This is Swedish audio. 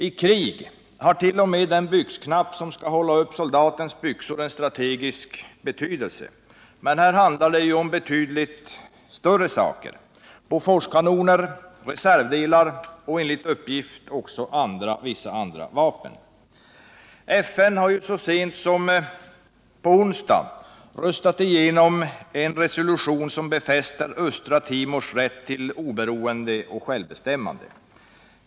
I krig har t.o.m. den byxknapp som skall hålla upp soldatens byxor en strategisk betydelse, men här handlar det om betydligt större saker: Boforskanoner, reservdelar och enligt uppgift också vissa andra FN har så sent som i onsdags röstat igenom en FN-resolution som befäster Östra Timors rätt till oberoende och självbestämmande.